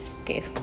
okay